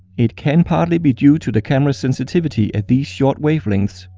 it can partly be due to the camera's sensitivity at these short wavelengths.